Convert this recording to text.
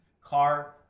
car